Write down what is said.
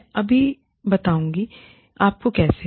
मैं अभी बताऊंगा आपको केसे